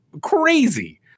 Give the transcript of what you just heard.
crazy